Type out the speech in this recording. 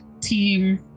team